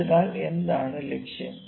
അതിനാൽ എന്താണ് ലക്ഷ്യം